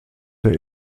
der